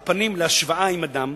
או פנים להשוואה עם אדם,